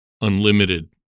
unlimited